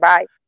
Bye